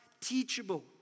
teachable